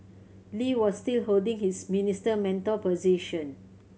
Lee was still holding his Minister Mentor position